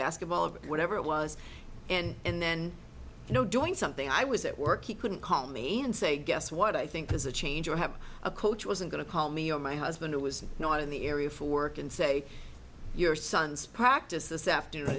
basketball of whatever it was and then you know doing something i was at work he couldn't call me and say guess what i think is a change or have a coach wasn't going to call me or my husband who was not in the area for work and say your son's practice this after